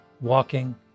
walking